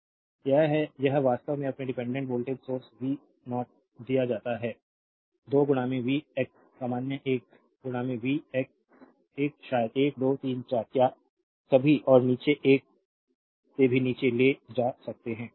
slide time देखें 1213 यह है यह वास्तव में अपने डिपेंडेंट वोल्टेज सोर्स v 0 दिया जाता है 2 वी एक्स सामान्य एक वी एक्स एक शायद 1 2 3 4 क्या कभी और नीचे 1 से भी नीचे ले जा सकते हैं